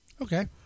Okay